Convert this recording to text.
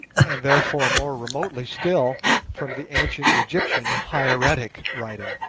and therefore more remotely still from the ancient egyptian hieratic writing.